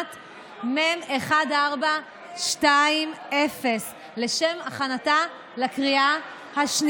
הטעמים האלה אני מבקש מחברי הכנסת לתמוך בהצעת החוק.